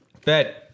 Fed